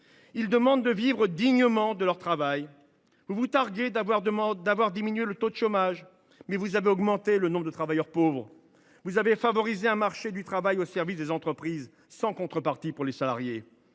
ils demandent de vivre dignement de leur travail. Vous vous targuez d’avoir diminué le taux de chômage, mais vous avez augmenté le nombre de travailleurs pauvres ! Vous avez favorisé un marché du travail au service des entreprises sans contrepartie pour les salariés